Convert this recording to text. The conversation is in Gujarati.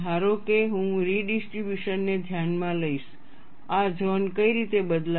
ધારો કે હું રિડિસ્ટ્રિબ્યુશન ને ધ્યાનમાં લઈશ આ ઝોન કઈ રીતે બદલાય છે